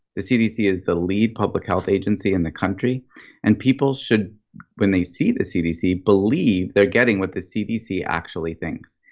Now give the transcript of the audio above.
the cdc is the lead public health agency in the country and people should when they see the cdc believe they're getting what the cdc actually thinks.